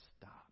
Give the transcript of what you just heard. stop